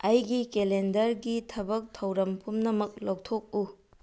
ꯑꯩꯒꯤ ꯀꯦꯂꯦꯟꯗ꯭ꯔꯒꯤ ꯊꯕꯛ ꯊꯧꯔꯝ ꯄꯨꯝꯅꯃꯛ ꯂꯧꯊꯣꯛꯎ